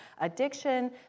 addiction